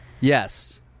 Yes